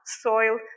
soil